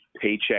paycheck